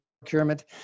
procurement